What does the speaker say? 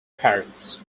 paris